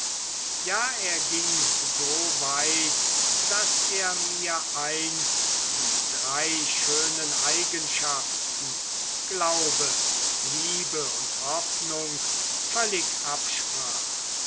ja er ging so weit daß er mir einst die drei schönen eigenschaften glaube liebe und hoffnung völlig absprach